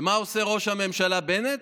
ומה עושה ראש הממשלה בנט?